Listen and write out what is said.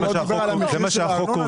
לא דובר על המחיר של הארנונה?